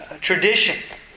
tradition